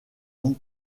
own